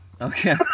okay